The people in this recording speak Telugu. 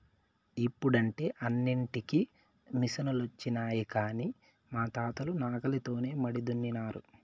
ఇప్పుడంటే అన్నింటికీ మిసనులొచ్చినాయి కానీ మా తాతలు నాగలితోనే మడి దున్నినారు